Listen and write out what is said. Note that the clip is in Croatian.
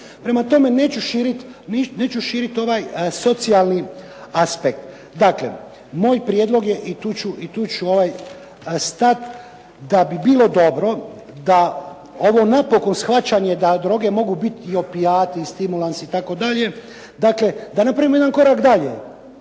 Prema tome neću širiti ovaj socijalni aspekt. Dakle, moj prijedlog je i tu ću stati, da bi bilo dobro da ovo napokon shvaćanje da droge mogu biti i opijati, i stimulansi itd., dakle da napravimo jedan korak dalje.